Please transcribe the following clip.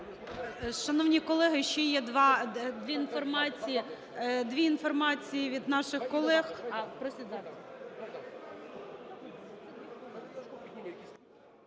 Шановні колеги, ще є дві інформації від наших колег.